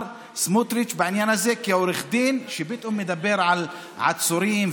סמוטריץ' בעניין הזה כעורך דין שפתאום מדבר על עצורים,